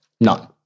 None